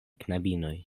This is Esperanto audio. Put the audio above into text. knabinoj